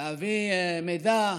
להביא מידע,